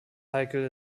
heikel